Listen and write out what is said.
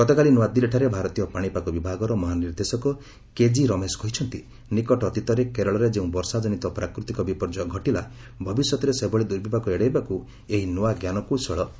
ଗତକାଲି ନୃଆଦିଲ୍ଲୀଠାରେ ଭାରତୀୟ ପାଣିପାଗ ବିଭାଗର ମହାନିର୍ଦ୍ଦେଶକ କେଜି ରମେଶ କହିଛନ୍ତି ନିକଟ ଅତୀତରେ କେରଳରେ ଯେଉଁ ବର୍ଷାଜନିତ ପ୍ରାକୃତିକ ବିପର୍ଯ୍ୟୟ ଘଟିଲା ଭବିଷ୍ୟତରେ ସେଭଳି ଦୁର୍ବିପାକ ଏଡାଇବାକୁ ଏହି ନୂଆ ଜ୍ଞାନକୌଶଳ ସହାୟକ ହେବ